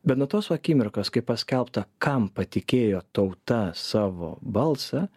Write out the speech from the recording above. bet nuo tos akimirkos kai paskelbta kam patikėjo tauta savo balsą